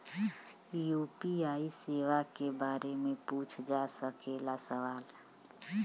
UPI सेवा के बारे में पूछ जा सकेला सवाल?